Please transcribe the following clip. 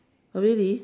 oh really